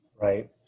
Right